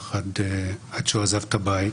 נמשך עד שהוא עזב את הבית.